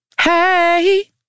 Hey